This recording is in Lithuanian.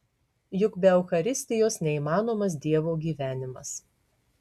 juk be eucharistijos neįmanomas dievo gyvenimas